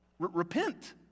Repent